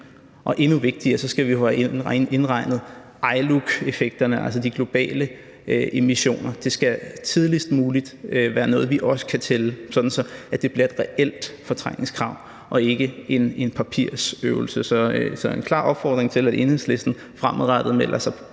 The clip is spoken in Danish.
Og endnu vigtigere skal vi have indregnet ILUC-effekterne, altså de globale emissioner. Det skal tidligst muligt være noget, vi også kan tælle, sådan at det bliver et reelt fortrængningskrav og ikke en papirøvelse. Så det er en klar opfordring til, at Enhedslisten fremadrettet melder sig